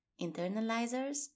Internalizers